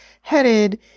headed